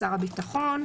שר הביטחון,